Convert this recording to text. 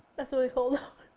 that's really cold! it